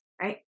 right